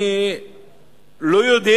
לא יודע